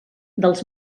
dels